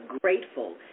grateful